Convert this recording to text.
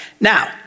Now